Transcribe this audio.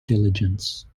diligence